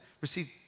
receive